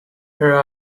her